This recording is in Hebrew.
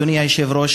אדוני היושב-ראש,